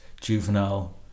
juvenile